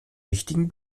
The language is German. wichtigen